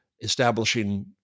establishing